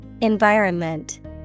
environment